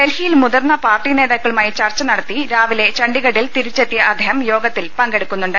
ഡൽഹിയിൽ മുതിർന്ന പാർട്ടി നേതാക്കളുമായി ചർച്ച നടത്തി രാവിലെ ഛണ്ഡിഗഡിൽ തിരിച്ചെത്തിയ അദ്ദേഹം യോഗത്തിൽ പങ്കെടുക്കുന്നുണ്ട്